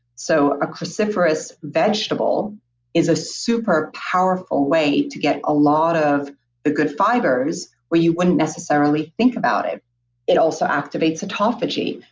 so a cruciferous cruciferous vegetable is a super powerful way to get a lot of the good fibers where you wouldn't necessarily think about it it also activates autophagy.